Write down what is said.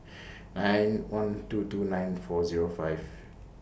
nine one two two nine four Zero five